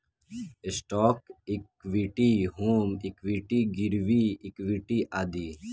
stock equity, home equity, गिरवी equity आदि